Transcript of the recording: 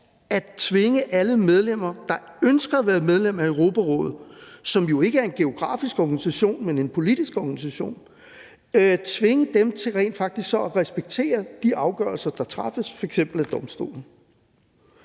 at tvinge alle medlemmer, der ønsker at være medlem af Europarådet, som jo ikke er en geografisk organisation, men en politisk organisation, til rent faktisk så at respektere de afgørelser, der træffes, f.eks. af domstolen.